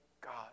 God